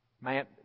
Man